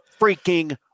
freaking